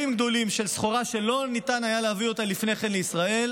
גדולים של סחורה שלא ניתן היה להביא אותה לפני כן לישראל,